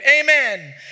Amen